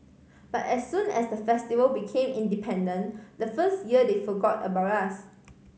but as soon as the Festival became independent the first year they forgot about us